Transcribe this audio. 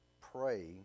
pray